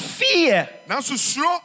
fear